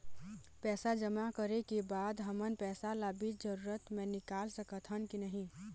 पैसा जमा करे के बाद हमन पैसा ला बीच जरूरत मे निकाल सकत हन की नहीं?